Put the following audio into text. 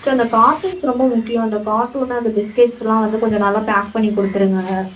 sir இந்த cartoons ரொம்ப முக்கியம் அந்த கார்ட்டூன் அந்த பிஸ்கெட்ஸ்லாம் வந்து கொஞ்சம் நல்லா பேக் பண்ணி கொடுத்துருங்க